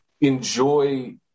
enjoy